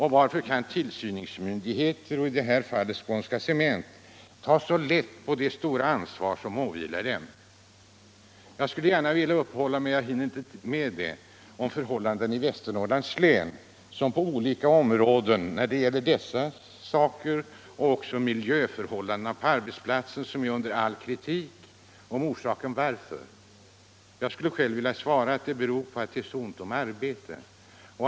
Hur kan tillsynsmyndigheter och Skånska Cement ta så lätt på det stora ansvars om åvilar dem” Jag skulle gärna — men jag hinner inte med det — vilja beröra varför förhållandena är sådana de är i Västernorrlandslän, där bl.a. miljöförhållandena på arbetsplatserna är under all kritik. Jag skulle själv vilja svara att det beror på att det är så ont om arbete.